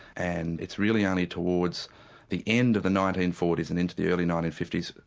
and it's really only towards the end of the nineteen forty s and into the early nineteen fifty s,